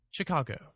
Chicago